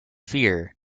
fear